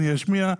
אני אשמיע,